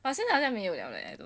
but 现在好像没有了 leh I'm like I don't know